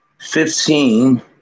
fifteen